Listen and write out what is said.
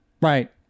Right